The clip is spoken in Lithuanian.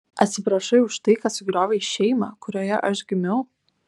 atsiprašai už tai kad sugriovei šeimą kurioje aš gimiau